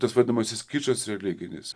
tas vadinamasis kičas religinis